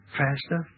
faster